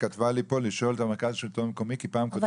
היא כתבה לי פה לשאול את מרכז השלטון המקומי -- אבל